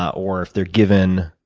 or if they're given,